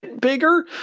Bigger